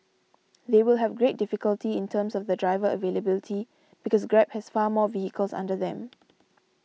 they will have great difficulty in terms of the driver availability because Grab has far more vehicles under them